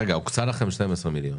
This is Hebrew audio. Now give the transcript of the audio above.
הוקצו לכם 12 מיליון